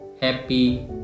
happy